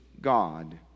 God